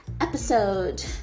episode